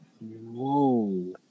Whoa